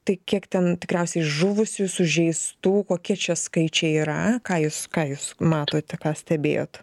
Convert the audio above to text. tai kiek ten tikriausiai žuvusių sužeistų kokie čia skaičiai yra ką jūs ką jūs matote ką stebėjot